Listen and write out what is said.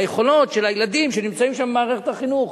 ביכולות של הילדים שנמצאים שם במערכת החינוך.